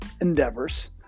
endeavors